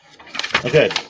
Okay